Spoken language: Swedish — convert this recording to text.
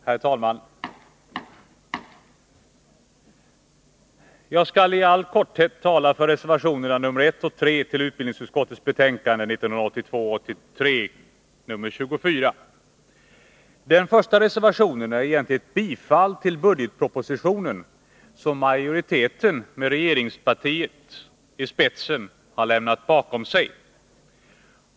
Herr talman! Jag skall i all korthet tala för reservationerna 1 och 3 till utbildningsutskottets betänkande 1982/83:24. Den första reservationen är egentligen ett bifall till budgetpropositionen, som majoriteten, med regeringspartiet i spetsen, har lämnat bakom sig.